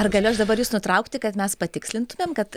ar galiu aš dabar jus nutraukti kad mes patikslintumėm kad